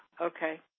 okay